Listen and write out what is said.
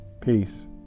Peace